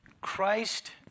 Christ